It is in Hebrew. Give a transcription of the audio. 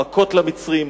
המכות למצרים,